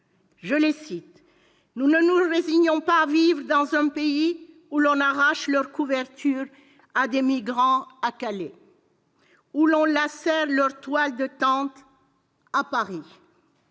le journal, nous ne nous résignons pas à vivre « dans un pays où l'on arrache leurs couvertures à des migrants à Calais. Où l'on lacère leurs toiles de tente à Paris.